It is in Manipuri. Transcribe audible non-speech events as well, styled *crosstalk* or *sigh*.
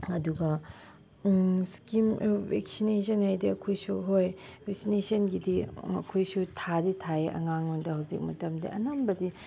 ꯑꯗꯨꯒ ꯁ꯭ꯀꯤꯝ *unintelligible* ꯚꯦꯛꯁꯤꯅꯦꯁꯟ ꯍꯥꯏꯔꯗꯤ ꯑꯩꯈꯣꯏꯁꯨ ꯍꯣꯏ ꯚꯦꯛꯁꯤꯅꯦꯁꯟꯒꯤꯗꯤ ꯑꯩꯈꯣꯏꯁꯨ ꯊꯥꯗꯤ ꯊꯥꯏꯌꯦ ꯑꯉꯥꯡ ꯑꯣꯏꯔꯤꯉꯩꯗ ꯍꯧꯖꯤꯛ ꯃꯇꯝꯗꯤ ꯑꯅꯝꯕꯗꯤ